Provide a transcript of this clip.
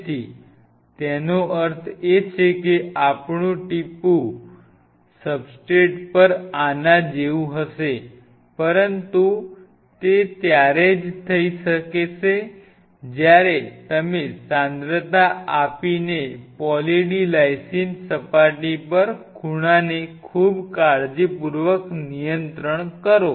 તેથી તેનો અર્થ છે કે આપણું ટીપું સબસ્ટ્રેટ પર આના જેવું હશે પરંતુ તે ત્યારે જ થશે જ્યારે તમે સાંદ્રતા આપીને પોલી D લાઇસિન સપાટી પર ખૂણાને ખૂબ કાળજીપૂર્વક નિયંત્રણ કરો